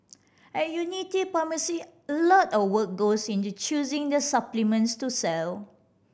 at Unity Pharmacy a lot of work goes into choosing the supplements to sell